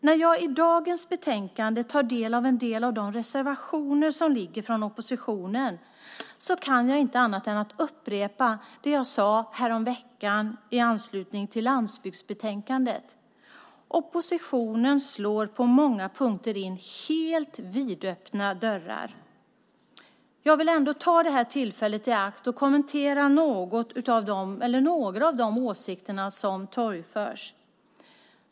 När jag tar del av en del av de reservationer som oppositionen har lämnat i detta betänkande kan jag inte annat än upprepa det jag sade häromdagen i anslutning till landsbygdsbetänkandet: Oppositionen slår på många fronter in helt vidöppna dörrar. Jag vill ändå ta det här tillfället i akt och kommentera några av de åsikter som torgförs.